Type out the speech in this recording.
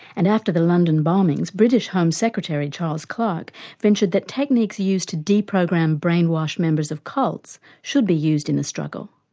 and after the london bombings, british home secretary charles clarke ventured that techniques used to deprogram brainwashed members of cults should be used in the struggle.